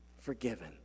Forgiven